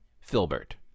Filbert